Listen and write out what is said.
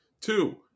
Two